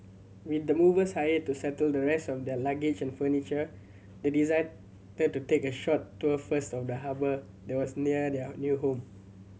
with the movers hired to settle the rest of their luggage and furniture they decided to take a short tour first of the harbour that was near their new home